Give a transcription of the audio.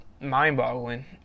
mind-boggling